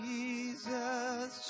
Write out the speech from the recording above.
Jesus